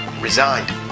Resigned